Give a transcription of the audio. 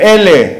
עם אלה